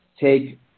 take